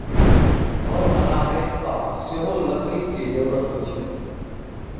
घर बनाबय काल सेहो लकड़ी केर जरुरत होइ छै